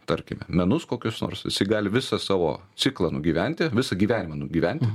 tarkime menus kokius nors jisai gali visą savo ciklą nugyventi visą gyvenimą nugyventi